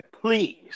Please